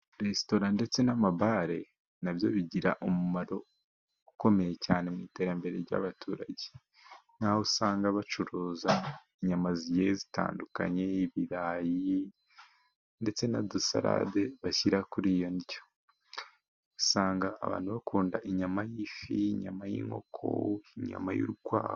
Resitora ndetse n'amagare, nabyo bigira umumaro ukomeye cyane, mu iterambere ry'abaturage, nk'aho usanga bacuruza inyama zigiye zitandukanye, ibirayi, ndetse n,'udusalade bashyira kuri iyo ndyo. Usanga abantu bakunda inyama y'ifi, inyama y'inkoko, nyuma y'urukwavu.